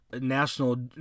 national